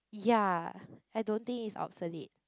ya I don't think is obsolete